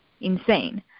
insane